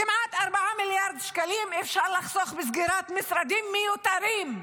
כמעט 4 מיליארד שקלים אפשר לחסוך בסגירת משרדים מיותרים.